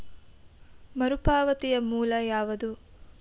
ಮರುಪಾವತಿಯ ಮೂಲ ಯಾವುದು?